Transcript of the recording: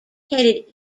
headed